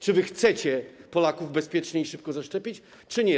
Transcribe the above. Czy chcecie Polaków bezpiecznie i szybko zaszczepić czy nie?